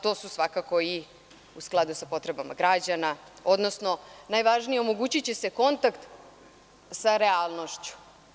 To je svakako i u skladu sa potrebama građana, odnosno najvažnije je omogući će se kontakt sa realnošću.